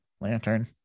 Lantern